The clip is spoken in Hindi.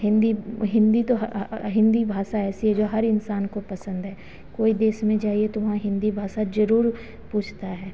हिन्दी हिन्दी तो हिन्दी भाषा ऐसी है जो हर इन्सान को पसन्द है कोई देश में जाइए तो वहाँ हिन्दी भाषा जरूर पूछता है